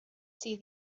see